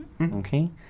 Okay